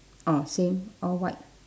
oh same all white